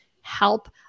help